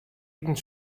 iten